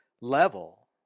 level